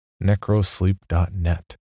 necrosleep.net